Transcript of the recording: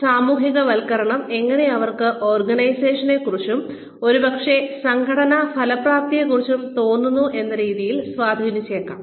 കൂടാതെ സാമൂഹികവൽക്കരണം എങ്ങനെ അവർക്ക് ഓർഗനൈസേഷനെക്കുറിച്ചും ഒരുപക്ഷേ സംഘടനാ ഫലപ്രാപ്തിയെക്കുറിച്ചും തോന്നുന്നു എന്ന രീതിയിൽ സ്വാധീനിച്ചിരിക്കാം